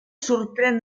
sorprèn